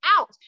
out